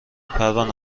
پروانه